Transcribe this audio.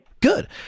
Good